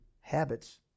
habits